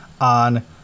on